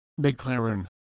McLaren